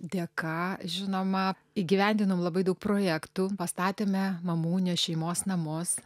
dėka žinoma įgyvendinom labai daug projektų pastatėme mamų unijos šeimos namus